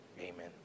Amen